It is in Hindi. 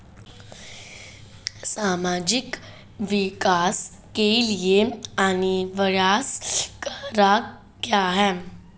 सामाजिक विकास के लिए अनिवार्य कारक क्या है?